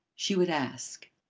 she would ask.